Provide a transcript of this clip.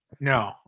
No